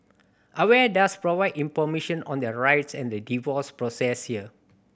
aware does provide information on their rights and the divorce process here